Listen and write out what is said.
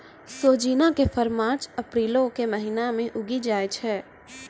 सोजिना के फर मार्च अप्रीलो के महिना मे उगि जाय छै